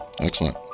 Excellent